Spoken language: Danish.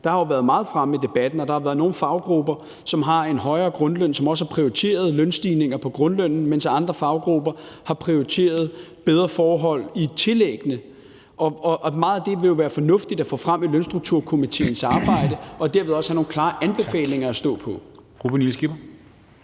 Det har jo været meget fremme i debatten, at der er nogle faggrupper, der har en højere grundløn, og som også har prioriteret lønstigninger på grundlønnen, mens andre faggrupper har prioriteret bedre tillæg. Meget af det vil jo være fornuftigt at få frem i Lønstrukturkomitéens arbejde, og vi vil dermed også have nogle klare anbefalinger at stå på.